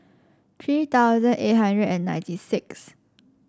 three thousand eight hundred and ninety six